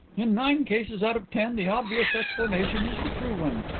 in nine cases out of ten the obvious explanation is the true one.